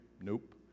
Nope